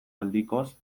aldikoz